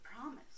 Promise